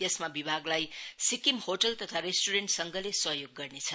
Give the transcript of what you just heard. यसमा विभागलाई सिक्किम होटल तथा रेस्टुरेण्ड संघले सहयोग गर्नेछ